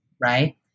Right